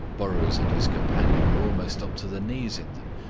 burrows and his companion were almost up to the knees in them,